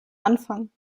anfang